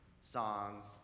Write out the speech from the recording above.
songs